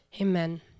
amen